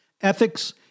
ethics